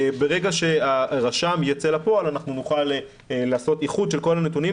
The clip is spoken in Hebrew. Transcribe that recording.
ברגע שהרשם ייצא לפועל אנחנו נוכל לעשות איחוד של כל הנתונים